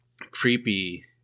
creepy